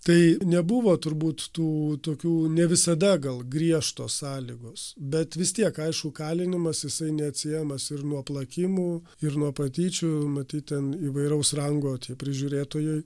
tai nebuvo turbūt tų tokių ne visada gal griežtos sąlygos bet vis tiek aišku kalinimas jisai neatsiejamas ir nuo plakimų ir nuo patyčių matyt ten įvairaus rango tie prižiūrėtojai